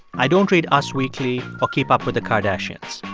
i don't read us weekly or keep up with the kardashians.